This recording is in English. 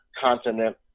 continent